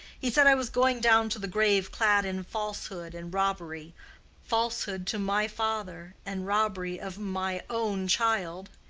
he said i was going down to the grave clad in falsehood and robbery falsehood to my father and robbery of my own child.